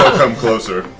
come closer,